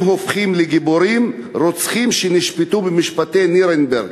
הם הופכים לגיבורים רוצחים שנשפטו במשפטי נירנברג.